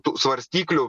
tų svarstyklių